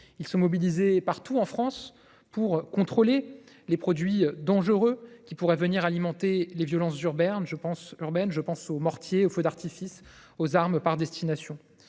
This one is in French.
aussi, mobilisés partout en France pour contrôler les matériels dangereux qui pourraient venir alimenter les violences urbaines : mortiers, feux d’artifice, armes par destination,